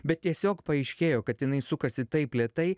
bet tiesiog paaiškėjo kad jinai sukasi taip lėtai